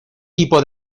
tipo